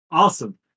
Awesome